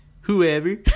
whoever